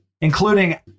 including